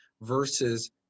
versus